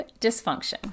dysfunction